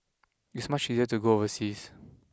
it's much easier to go overseas